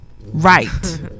right